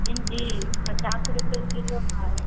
भिण्डी पचास रुपै किलो हइ